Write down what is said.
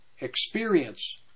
experience